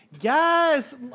Yes